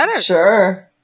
Sure